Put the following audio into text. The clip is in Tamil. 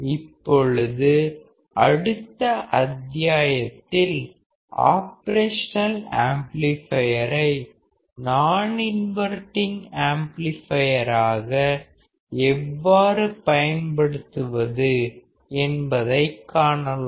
இப்பொழுது அடுத்த அத்தியாயத்தில் ஆபரேஷனல் ஆம்ப்ளிபையரை நான் இன்வர்டிங் ஆம்ப்ளிபையராக எவ்வாறு பயன்படுத்துவது என்பதைக் காணலாம்